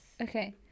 Okay